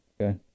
Okay